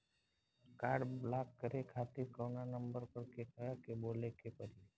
Card block करे खातिर कवना नंबर पर केकरा के बोले के परी?